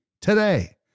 today